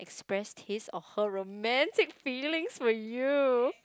expressed his or her romantic feelings for you